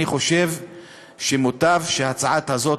אני חושב שמוטב שהצעה כזאת,